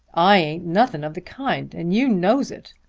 i ain't nothing of the kind and you knows it.